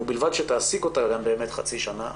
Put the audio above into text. בלבד שתעסיק אותה חצי שנה,